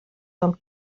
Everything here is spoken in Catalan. del